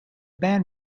band